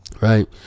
right